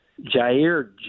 Jair